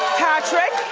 patrick.